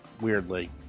weirdly